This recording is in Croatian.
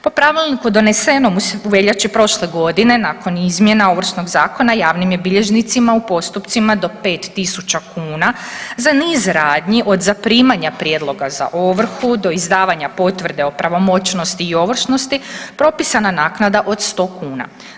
Po pravilniku donesenom u veljači prošle godine nakon izmjena Ovršnog zakona javnim je bilježnicima u postupcima do 5.000 kuna za niz radnji od zaprimanja prijedloga za ovrhu do izdavanja potvrde o pravomoćnosti i ovršnosti propisana naknada od 100 kuna.